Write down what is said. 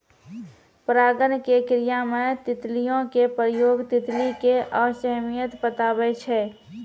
परागण के क्रिया मे तितलियो के प्रयोग तितली के अहमियत बताबै छै